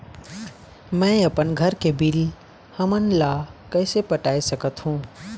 मैं अपन घर के बिल हमन ला कैसे पटाए सकत हो?